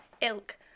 ilk